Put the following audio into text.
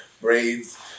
braids